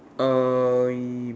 uh